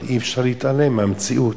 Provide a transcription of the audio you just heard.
אבל אי-אפשר להתעלם מהמציאות.